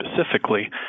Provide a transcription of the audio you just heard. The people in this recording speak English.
specifically